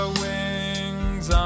wings